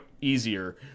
easier